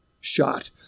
shot